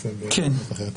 נעשה בהזדמנות אחרת.